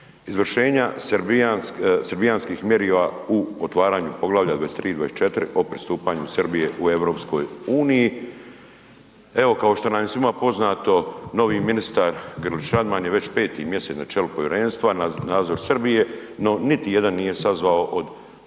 izvršenja srbijanskih mjerila u otvaranju Poglavlja 23 i 24 o pristupanju Srbije u EU. Evo kao što nam je svima poznato novi ministar Grlić Radman je već mjesec na čelu povjerenstva za nadzor Srbije, no niti jedan nije sazvao od ova